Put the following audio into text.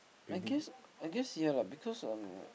I guess I guess ya lah because on